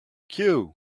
cue